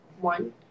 one